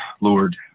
Lord